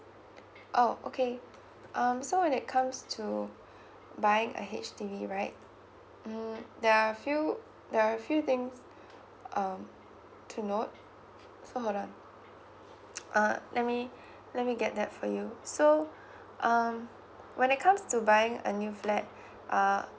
oh okay um so when it comes to buying a H_D_B right mm there are few there are few things um to note just hold on uh let me let me get that for you so um when it comes to buying a new flat uh